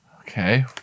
Okay